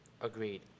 Agreed